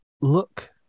look